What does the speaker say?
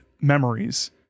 memories